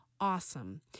awesome